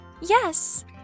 Yes